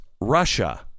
Russia